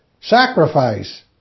Sacrifice